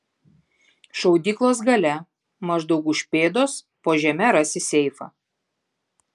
šaudyklos gale maždaug už pėdos po žeme rasi seifą